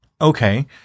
okay